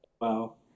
Wow